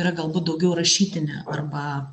yra galbūt daugiau rašytinė arba